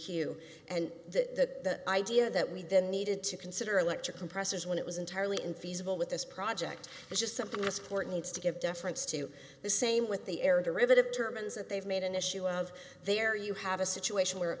and the idea that we then needed to consider electric compressors when it was entirely in feasible with this project is just something to support needs to give deference to the same with the air derivative terminals that they've made an issue of there you have a situation where